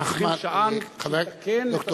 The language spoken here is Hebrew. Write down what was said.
אנחנו צריכים שען שיתקן את השעון.